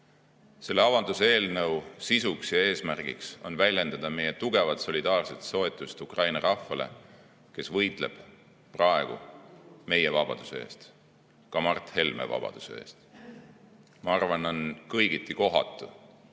Selle avalduse eelnõu sisu ja eesmärk on väljendada meie tugevat solidaarset toetust Ukraina rahvale, kes võitleb praegu meie vabaduse eest, ka Mart Helme vabaduse eest. Ma arvan, et on kõigiti kohatu